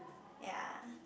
ya